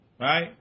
right